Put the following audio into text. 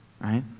right